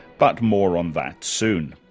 but more on that soon.